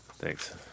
Thanks